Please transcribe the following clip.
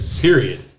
period